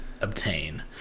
obtain